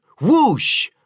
Whoosh